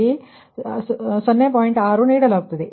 6 ಆಗಿದೆ